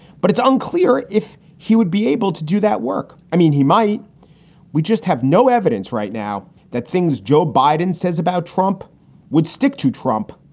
but it's unclear if he would be able to do that work. i mean, he might we just have no evidence right now that things joe biden says about trump would stick to trump.